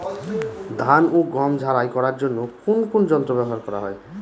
ধান ও গম ঝারাই করার জন্য কোন কোন যন্ত্র ব্যাবহার করা হয়?